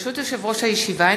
ברשות יושב-ראש הישיבה,